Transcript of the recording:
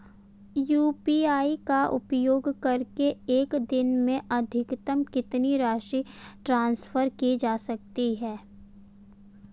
UPI का उपयोग करके एक दिन में अधिकतम कितनी राशि ट्रांसफर की जा सकती है?